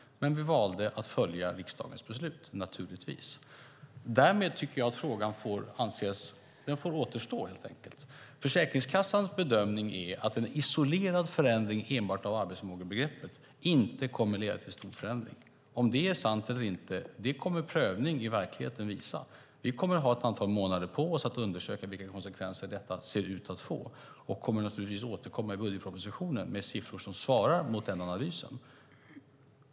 Men vi valde naturligtvis att följa riksdagens beslut. Därmed tycker jag att frågan får återstå, helt enkelt. Försäkringskassans bedömning är att en isolerad förändring enbart av arbetsförmågebegreppet inte kommer att leda till någon stor förändring. Om det är sant eller inte kommer prövning i verkligheten att visa. Vi kommer att ha ett antal månader på oss att undersöka vilka konsekvenser detta ser ut att få. Vi kommer att återkomma i budgetpropositionen med siffror som svarar mot denna analys.